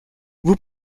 vous